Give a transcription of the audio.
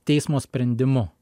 teismo sprendimu